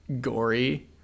gory